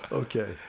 Okay